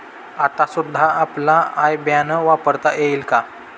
आता सुद्धा आपला आय बॅन वापरता येईल का?